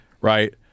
Right